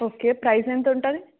okay price ఎంత ఉంటుంది